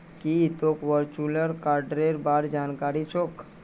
की तोक वर्चुअल कार्डेर बार जानकारी छोक